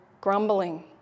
grumbling